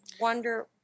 wonder